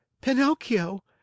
-"Pinocchio